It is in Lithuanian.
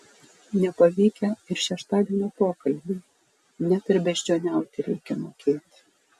nepavykę ir šeštadienio pokalbiai net ir beždžioniauti reikia mokėti